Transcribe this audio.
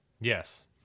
Yes